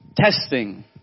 Testing